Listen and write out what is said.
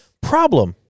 problem